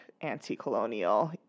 anti-colonial